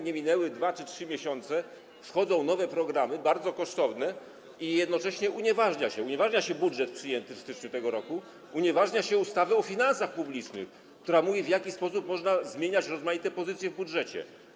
Nie minęły 2 czy 3 miesiące i raptem wchodzą nowe programy, bardzo kosztowne, a jednocześnie unieważnia się budżet przyjęty w styczniu tego roku, unieważnia się ustawę o finansach publicznych, która mówi, w jaki sposób można zmieniać rozmaite pozycje w budżecie.